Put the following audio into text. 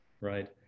right